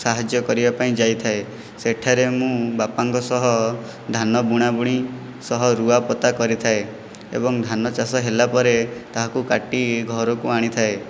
ସାହାଯ୍ୟ କରିବା ପାଇଁ ଯାଇଥାଏ ସେଠାରେ ମୁଁ ବାପାଙ୍କ ସହ ଧାନ ବୁଣା ବୁଣି ସହ ରୁଆ ପୋତା କରିଥାଏ ଏବଂ ଧାନ ଚାଷ ହେଲା ପରେ ତାହାକୁ କାଟି ଘରକୁ ଆଣିଥାଏ